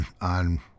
on